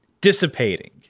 dissipating